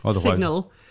signal